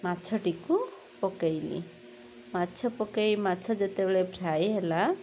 ମାଛଟି କୁ ପକାଇଲି ମାଛ ପକାଇ ମାଛ ଯେତେବେଳେ ଫ୍ରାଏ ହେଲା